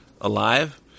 alive